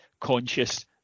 conscious